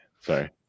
Sorry